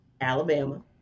Alabama